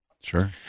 Sure